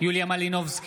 יוליה מלינובסקי,